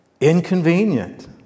inconvenient